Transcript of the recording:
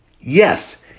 Yes